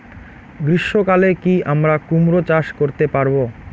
গ্রীষ্ম কালে কি আমরা কুমরো চাষ করতে পারবো?